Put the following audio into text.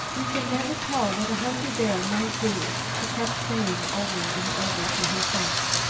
you can never tell what a hungry bear might do, she kept saying over and over to herself.